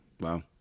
Wow